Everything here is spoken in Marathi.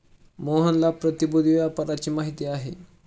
मोहनला प्रतिभूति व्यापाराची माहिती आहे